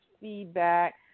feedback